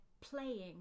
playing